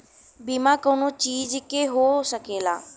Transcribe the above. बीमा कउनो चीज के हो सकेला